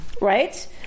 right